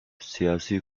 siyasi